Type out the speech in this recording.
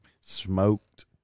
smoked